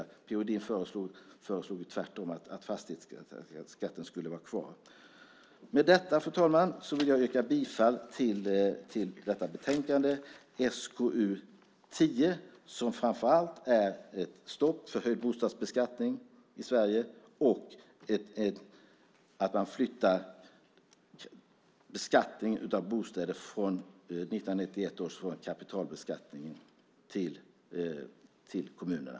Edin föreslog tvärtom att skatten skulle vara kvar. Fru talman! Med detta vill jag yrka bifall till utskottets förslag i betänkande SkU10. Det innebär framför allt ett stopp för höjd bostadsbeskattning i Sverige och att man flyttar beskattningen av bostäder från 1991 års regler för kapitalbeskattning till kommunerna.